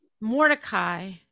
Mordecai